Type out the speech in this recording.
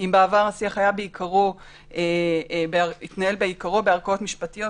אם בעבר השיח התנהל בעיקרו בערכאות משפטיות,